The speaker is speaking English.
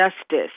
justice